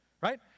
right